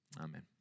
Amen